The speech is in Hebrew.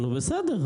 בסדר.